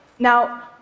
Now